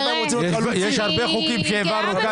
יש הרבה חוקים שהעברנו,